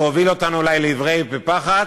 והוא הוביל אותנו אולי לעברי פי פחת,